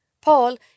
Paul